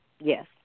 Yes